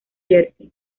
jersey